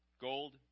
gold